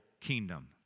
kingdom